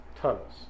Tunnels